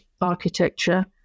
architecture